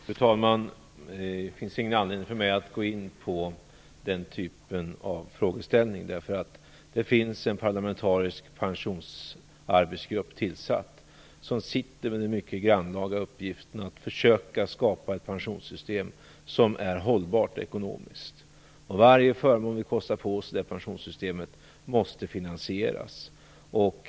Fru talman! Det finns ingen anledning för mig att gå in på den typen av frågeställning. Det finns en parlamentarisk pensionsarbetsgrupp tillsatt, och denna har den mycket grannlaga uppgiften att försöka skapa ett pensionssystem som är hållbart ekonomiskt sett. Varje förmån vi kostar på oss i det pensionssystemet måste finansieras.